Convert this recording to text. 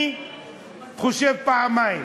אני חושב פעמיים.